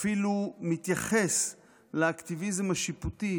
ואפילו מתייחס לאקטיביזם השיפוטי